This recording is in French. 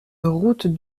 route